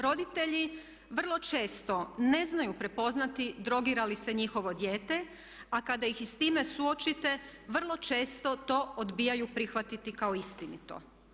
Roditelji vrlo često ne znaju prepoznati drogira li se njihovo dijete, a kada ih i s time suočite vrlo često to odbijaju prihvatiti kao istinito.